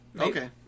Okay